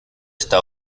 está